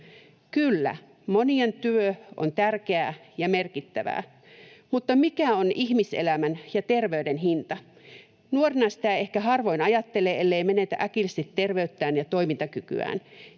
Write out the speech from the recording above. Kyllä, monien työ on tärkeää ja merkittävää, mutta mikä on ihmiselämän ja terveyden hinta? Nuorena sitä ehkä harvoin ajattelee, ellei menetä äkillisesti terveyttään ja toimintakykyään.